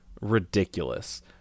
ridiculous